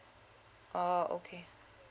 oh okay